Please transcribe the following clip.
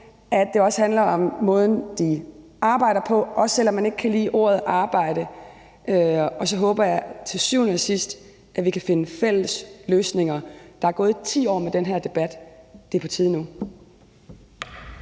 på, og om måden, de arbejder på, også selv om man ikke kan lide ordet arbejde her, og så håber jeg til syvende og sidst, at vi kan finde fælles løsninger. Der er gået 10 år med den her debat, det er på tide nu.